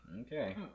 Okay